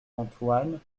antoine